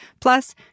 Plus